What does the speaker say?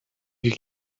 you